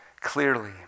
clearly